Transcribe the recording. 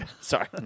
sorry